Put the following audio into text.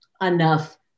enough